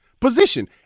Position